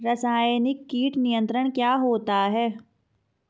रसायनिक कीट नियंत्रण क्या होता है?